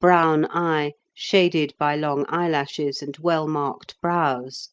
brown eye, shaded by long eyelashes and well-marked brows